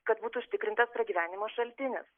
kad būtų užtikrintas pragyvenimo šaltinis